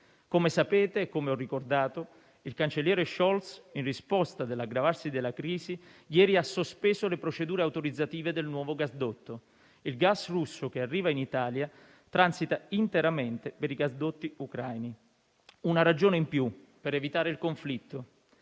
Come sapete e come ho ricordato, il cancelliere Scholz, in risposta all'aggravarsi della crisi, ieri ha sospeso le procedure autorizzative del nuovo gasdotto. Il gas russo che arriva in Italia transita interamente per i gasdotti ucraini; una ragione in più per evitare il conflitto.